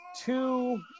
two